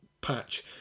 patch